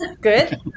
Good